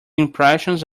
impressions